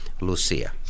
Lucia